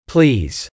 Please